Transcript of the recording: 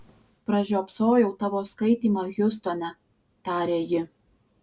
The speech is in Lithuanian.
pražiopsojau tavo skaitymą hjustone tarė ji